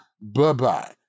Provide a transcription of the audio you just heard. Bye-bye